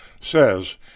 says